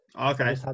Okay